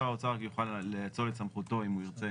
שר האוצר יוכל לאצול את סמכותו אם הוא ירצה,